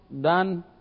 Dan